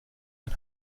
ein